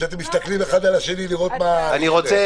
שאתם מסתכלים אחד על השני לראות מה --- הבאתי